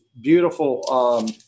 beautiful